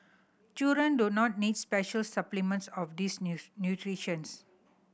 children do not need special supplements of these nutritions